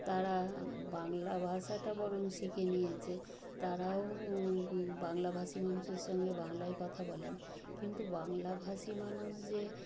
তারা বাংলা ভাষাটা বরং শিখে নিয়েছে তারাও বাংলাভাষি মানুষের সঙ্গে বাংলায় কথা বলেন কিন্তু বাংলাভাষী মানুষ যে